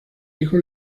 hijos